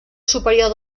superior